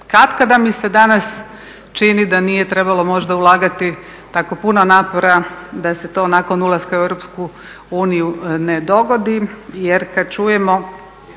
Katkada mi se danas čini da nije trebalo možda ulagati tako puno napora da se to nakon ulaska u EU ne dogodi jer kada čujemo